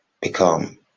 become